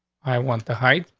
i want the height,